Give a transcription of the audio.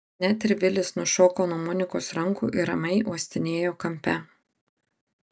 net ir vilis nušoko nuo monikos rankų ir ramiai uostinėjo kampe